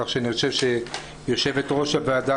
אני חושב שיושבת-ראש הוועדה,